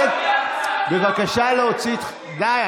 בבקשה להוציא, די.